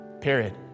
Period